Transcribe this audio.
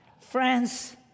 friends